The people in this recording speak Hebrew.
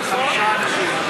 היו חמישה אנשים.